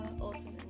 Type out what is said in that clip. ultimately